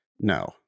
No